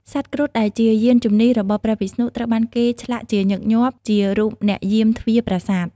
សត្វគ្រុឌដែលជាយានជំនិះរបស់ព្រះវិស្ណុ ត្រូវបានគេឆ្លាក់ជាញឹកញាប់ជារូបអ្នកយាមទ្វារប្រាសាទ។